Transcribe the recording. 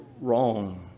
wrong